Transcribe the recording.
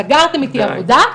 סגרתם איתי עבודה,